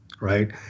Right